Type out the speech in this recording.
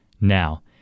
Now